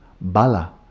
Bala